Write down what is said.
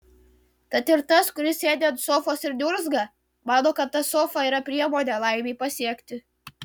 tad ir tas kuris sėdi ant sofos ir niurzga mano kad ta sofa yra priemonė laimei pasiekti